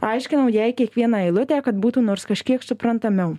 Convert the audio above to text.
aiškinau jai kiekvieną eilutę kad būtų nors kažkiek suprantamiau